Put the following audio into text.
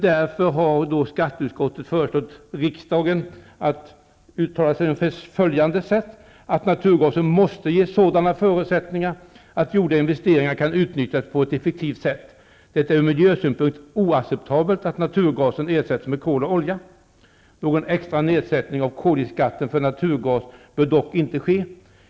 Därför har skatteutskottet föreslagit riksdagen att uttala sig på ungefär följande sätt: ''Naturgasen måste ges sådana förutsättningar att gjorda investeringar kan utnyttjas på ett effektivt sätt. Det är ur miljösynpunkt oacceptabelt att naturgasen ersätts med kol och olja. Någon extra nedsättning av koldioxidskatten för naturgasen bör dock inte ske.